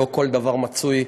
לא כל דבר מצוי.